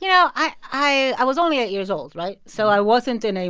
you know, i i was only eight years old, right, so i wasn't in a